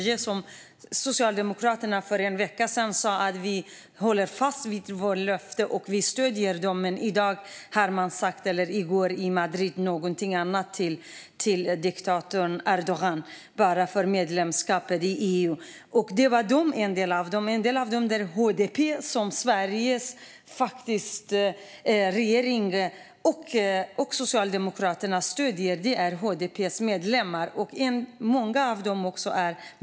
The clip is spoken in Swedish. För en vecka sedan sa Socialdemokraterna att man håller fast vid sitt löfte och stöder dem, men i går i Madrid sa man någonting annat till diktatorn Erdogan, bara för medlemskapet i Nato. Det var detta som de var en del av. En del av dem tillhör HDP, som Sveriges regering och Socialdemokraterna stöder. Det handlar om HDP-medlemmar.